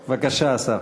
בבקשה, השר.